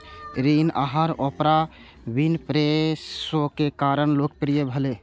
ऋण आहार Oprah Winfrey show के कारण लोकप्रिय भेलै